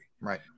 Right